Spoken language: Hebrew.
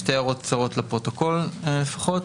שתי הערות קצרות לפרוטוקול לפחות.